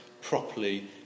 properly